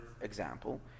example